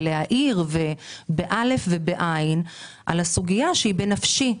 להעיר ולהאיר על סוגיה שהיא בנפשי.